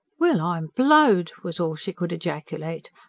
well, i'm blowed! was all she could ejaculate.